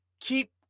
keep